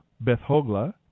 Beth-Hogla